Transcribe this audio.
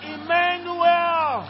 Emmanuel